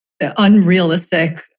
unrealistic